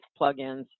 plugins